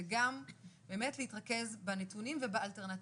וגם באמת להתרכז בנתונים ובאלטרנטיבות.